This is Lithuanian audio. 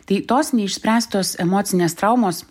tai tos neišspręstos emocinės traumos